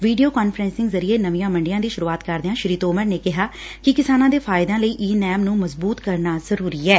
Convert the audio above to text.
video conferencing ਜ਼ਰੀਏ ਨਵੀਆਂ ਮੰਡੀਆਂ ਦੀ ਸ਼ਰੁਆਤ ਕਰਦਿਆਂ ਸ੍ਰੀ ਤੋਮਰ ਨੇ ਕਿਹਾ ਕਿ ਕਿਸਾਨਾਂ ਦੇ ਫ਼ਾਈਦਿਆਂ ਲਈ ਈ ਨੈਮ ਨੂੰ ਮਜ਼ਬੁਤ ਕਰਨਾ ਜ਼ਰੂਰੀ ਐ